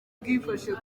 bwifashe